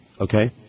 Okay